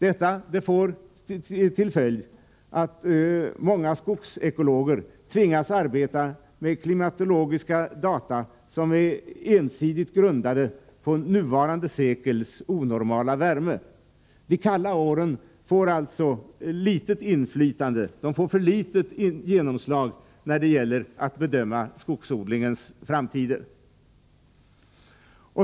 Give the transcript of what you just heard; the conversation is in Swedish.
Detta får till följd att många skogsekologer tvingas arbeta med klimatologiska data som är ensidigt grundade på innevarande sekels onormala värme. De kalla åren får alltså för litet genomslag när det gäller att bedöma skogsodlingens framtid.